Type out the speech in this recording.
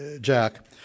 Jack